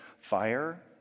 fire